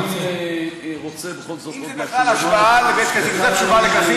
אני עוד לא מציע שום דבר.